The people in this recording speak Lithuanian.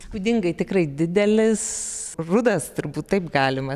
įspūdingai tikrai didelis rudas turbūt taip galima